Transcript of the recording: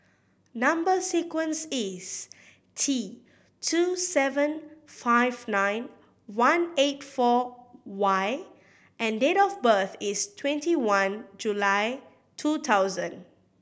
number sequence is T two seven five nine one eight four Y and date of birth is twenty one July two thousand